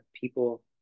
people